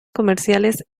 comerciales